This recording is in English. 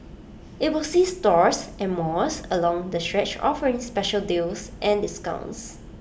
IT will see stores and malls along the stretch offering special deals and discounts